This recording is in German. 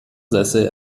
sessel